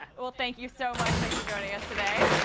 well, thank you so much. thanks for joining us today.